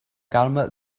calma